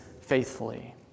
faithfully